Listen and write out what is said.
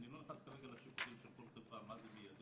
אני לא נכנס כרגע לשיקולים של כל חברה מה זה מיידי,